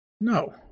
No